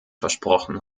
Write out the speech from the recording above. versprochen